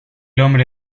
hombre